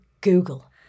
Google